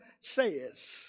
says